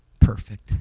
perfect